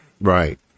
Right